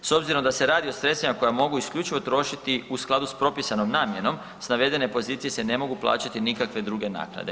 S obzirom da se radi o sredstvima koja mogu isključivo trošiti u skladu s propisanom namjenom s navedene pozicije se ne mogu plaćati nikakve druge naknade.